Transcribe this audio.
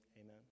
Amen